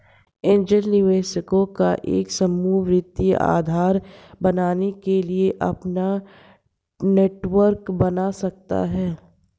angel निवेशकों का एक समूह वित्तीय आधार बनने के लिए अपना नेटवर्क बना सकता हैं